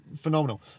phenomenal